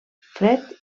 fred